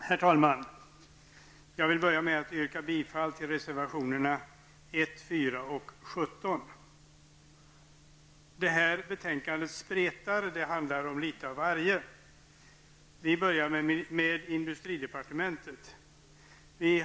Herr talman! Jag börjar med att yrka bifall till reservationerna 1, 4 och 8. Det här betänkandet spretar. Det handlar om litet av varje. Jag börjar med industridepartementet.